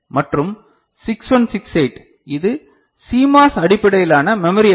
மற்றும் 6168 இது CMOS அடிப்படையிலான மெமரி ஐசி